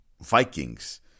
Vikings